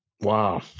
Wow